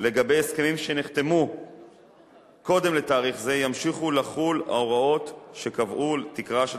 לגבי הסכמים שנחתמו קודם לתאריך זה ימשיכו לחול ההוראות שקבעו תקרה של